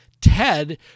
Ted